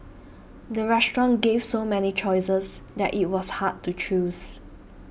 the restaurant gave so many choices that it was hard to choose